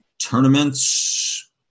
tournaments